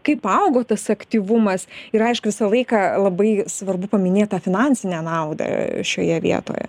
kaip paaugo tas aktyvumas ir aišku visą laiką labai svarbu paminėt tą finansinę naudą šioje vietoje